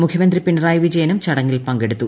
മുഖ്യമന്ത്രി പിണറായി വിജയനും ചടങ്ങിൽ പങ്കെടുത്തു